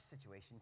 situation